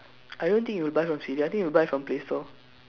I don't think you will buy from C_D I think you will buy from play store